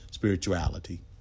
Spirituality